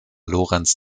lorenz